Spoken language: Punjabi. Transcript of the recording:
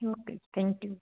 ਓਕੇ ਜੀ ਥੈਂਕ ਯੂ